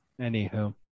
Anywho